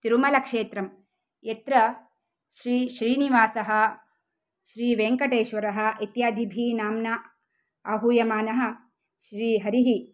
तिरुमलक्षेत्रम् यत्र श्रीश्रीनिवासः श्रीवेङ्कटेश्वरः इत्यादिभिः नाम्ना आहूयमानः श्रीहरिः